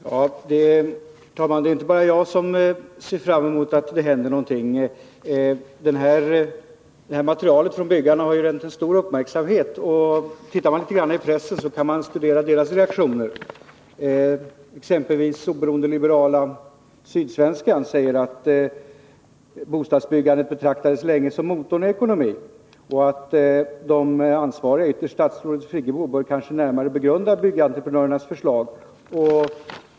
Herr talman! Det är inte bara jag som ser fram emot att det händer någonting. Detta material från byggarna har rönt stor uppmärksamhet. Man kan t.ex. studera pressens reaktioner. Exempelvis den oberoende liberala Sydsvenskan säger att bostadsbyggandet länge betraktades som motorn i ekonomin och att de ansvariga — ytterst statsrådet Friggebo —- kanske närmare bör begrunda byggentreprenörernas förslag.